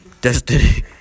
Destiny